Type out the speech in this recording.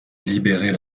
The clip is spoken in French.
libérer